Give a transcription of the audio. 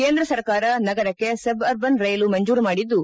ಕೇಂದ್ರ ಸರ್ಕಾರ ನಗರಕ್ಕೆ ಸಬ್ ಅರ್ಬನ್ ರೈಲು ಮಂಜೂರು ಮಾಡಿದ್ದು